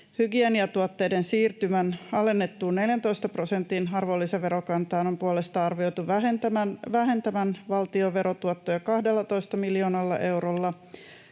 Hygieniatuotteiden siirtymän alennettuun 14 prosentin arvonlisäverokantaan on puolestaan arvioitu vähentävän valtion verotuottoja 12 miljoonalla eurolla.